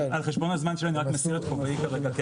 אני רק על חשבון הזמן שלי אני רק מסיר את כובעי --- אני